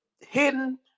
Hidden